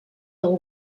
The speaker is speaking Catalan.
del